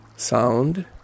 Sound